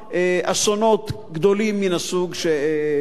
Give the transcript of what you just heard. אסונות גדולים מן הסוג שקרו.